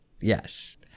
Yes